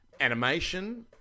animation